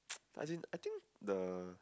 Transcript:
as in I think the